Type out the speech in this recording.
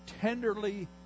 tenderly